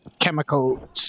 chemical